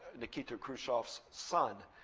nikita khrushchev's son,